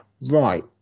Right